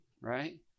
right